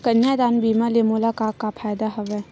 कन्यादान बीमा ले मोला का का फ़ायदा हवय?